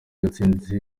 gatsinzi